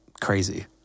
crazy